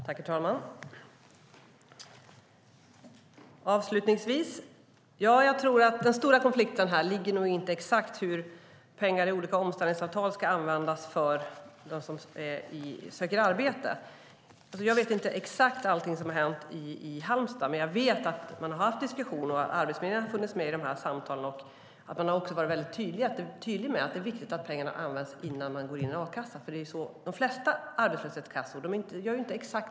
Herr talman! Avslutningsvis tror jag inte att den stora konflikten ligger i exakt hur pengar i olika omställningsavtal ska användas för den som söker arbete. Jag vet inte precis allt som har hänt i Halmstad. Men jag vet att man har haft diskussioner - Arbetsförmedlingen har funnits med i samtalen - och att man har varit tydlig med att det är viktigt att pengarna används innan man går in i a-kassan. Det är så det fungerar i de flesta arbetslöshetskassor - de gör inte exakt likadant.